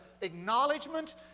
acknowledgement